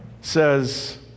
says